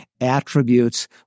attributes